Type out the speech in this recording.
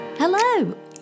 Hello